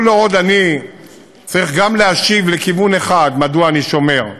כל עוד אני צריך גם להשיב לכיוון אחד מדוע אני שומר,